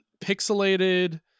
pixelated